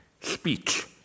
speech